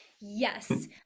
Yes